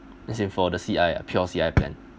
as in for the C_I ah pure C_I plan